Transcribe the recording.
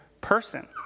person